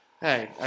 Hey